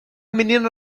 menina